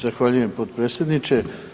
Zahvaljujem potpredsjedniče.